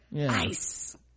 ice